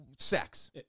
sex